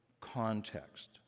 context